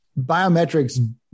biometrics